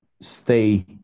stay